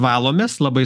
valomės labai